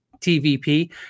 TVP